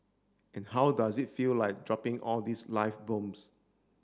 and how does it feel like dropping all these live bombs